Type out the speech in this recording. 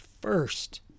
first